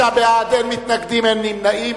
25 בעד, אין מתנגדים, אין נמנעים.